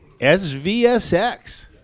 SVSX